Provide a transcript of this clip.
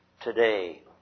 today